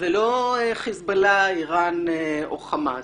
ולא חזבאללה, איראן או חמאס.